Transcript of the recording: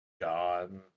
god